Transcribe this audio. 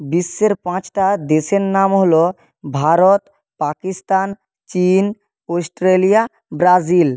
বিশ্বের পাঁচটা দেশের নাম হলো ভারত পাকিস্তান চীন অস্ট্রেলিয়া ব্রাজিল